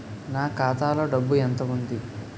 నా ఖాతాలో డబ్బు ఎంత ఉంది?